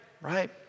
right